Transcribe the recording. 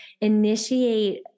initiate